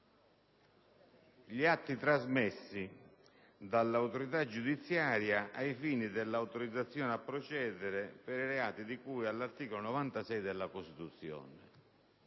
gli atti trasmessi dall'autorità giudiziaria ai fini dell'autorizzazione a procedere per i reati di cui all'articolo 96 della Costituzione.